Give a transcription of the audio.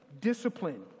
discipline